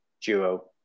duo